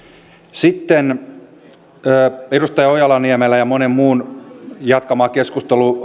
sitten edustaja ojala niemelän ja monen muun jatkama keskustelu